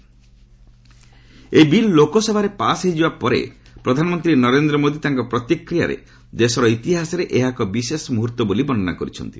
reservation bill ଏହି bill ଲୋକସଭାରେ pass ହୋଇଯିବା ପରେ ପ୍ରଧାନମନ୍ତ୍ରୀ ନରେନ୍ଦ୍ର ମୋଦି ତାଙ୍କ ପ୍ରତିକ୍ରିୟାରେ ଦେଶର ଇତିହାସରେ ଏହା ଏକ ବିଶେଷ ମୁହର୍ତ୍ତ ବୋଲି ବର୍ଣ୍ଣନା କରିଛନ୍ତି